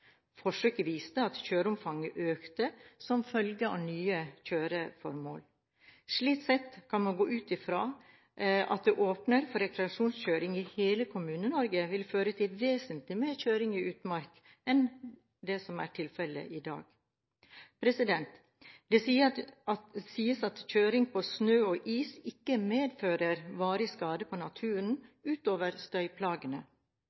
Forsøket viste at kjøreomfanget økte som følge av nye kjøreformål. Slik sett kan man gå ut fra at det å åpne for rekreasjonskjøring i hele Kommune-Norge vil føre til vesentlig mer kjøring i utmark enn det som er tilfellet i dag. Det sies at kjøring på snø og is ikke medfører varige skader på